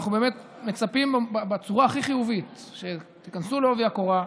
אנחנו באמת מצפים בצורה הכי חיובית שתיכנסו בעובי הקורה.